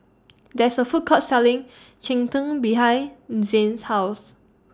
There IS A Food Court Selling Cheng Tng behind Zayne's House